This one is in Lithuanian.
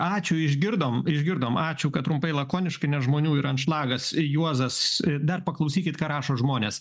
ačiū išgirdom išgirdom ačiū kad trumpai lakoniškai nes žmonių yra anšlagas ir juozas dar paklausykit ką rašo žmonės